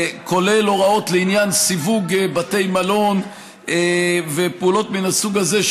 כולל הוראות לעניין סיווג בתי מלון ופעולות מן הסוג הזה,